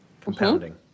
Compounding